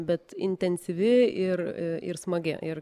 bet intensyvi ir ir smagi ir